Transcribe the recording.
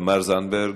תמר זנדברג,